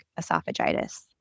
esophagitis